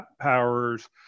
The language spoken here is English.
powers